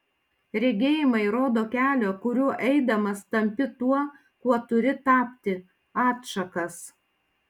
regėjimai rodo kelio kuriuo eidamas tampi tuo kuo turi tapti atšakas